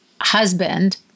husband